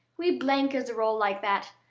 we blenkers are all like that.